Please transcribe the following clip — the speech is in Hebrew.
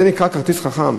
זה נקרא כרטיס חכם?